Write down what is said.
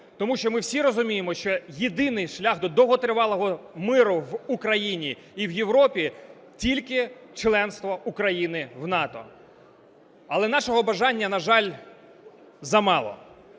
тому що ми всі розуміємо, що єдиний шлях до довготривалого миру в Україні і в Європі – тільки членство України в НАТО. Але нашого бажання, на жаль, замало.